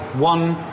one